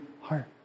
heart